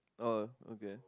oh okay